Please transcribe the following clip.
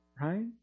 right